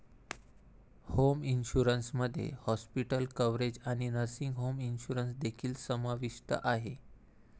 home insurance मध्ये hospital coverage आणि nursing home insurance देखील समाविष्ट आहे